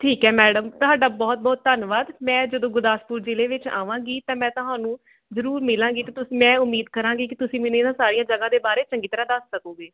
ਠੀਕ ਹੈ ਮੈਡਮ ਤੁਹਾਡਾ ਬਹੁਤ ਬਹੁਤ ਧੰਨਵਾਦ ਮੈਂ ਜਦੋਂ ਗੁਰਦਾਸਪੁਰ ਜ਼ਿਲ੍ਹੇ ਵਿੱਚ ਆਵਾਂਗੀ ਤਾਂ ਮੈਂ ਤੁਹਾਨੂੰ ਜ਼ਰੂਰ ਮਿਲਾਂਗੀ ਅਤੇ ਤੁਸੀਂ ਮੈਂ ਉਮੀਦ ਕਰਾਂਗੀ ਕਿ ਤੁਸੀਂ ਮੈਨੂੰ ਇਹਨਾਂ ਸਾਰੀਆਂ ਜਗ੍ਹਾ ਦੇ ਬਾਰੇ ਚੰਗੀ ਤਰ੍ਹਾਂ ਦੱਸ ਸਕੋਗੇ